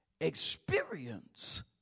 experience